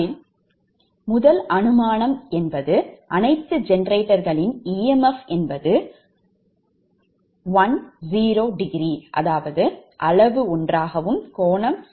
அதில் முதல் அனுமானம் அனைத்து ஜெனரேட்டர்களின் emf என்பது 1∠0∘𝑝